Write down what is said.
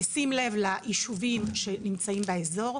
בשים לב ליישובים שנמצאים באזור,